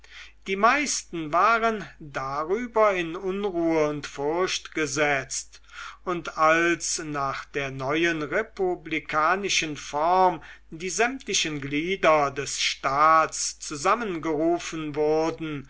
die meisten waren darüber in unruhe und furcht gesetzt und als nach der neuen republikanischen form die sämtlichen glieder des staats zusammengerufen wurden